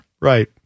right